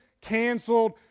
canceled